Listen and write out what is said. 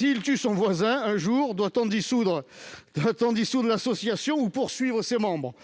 il tue son voisin, doit-on dissoudre l'association et poursuivre ses membres ?